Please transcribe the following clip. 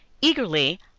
eagerly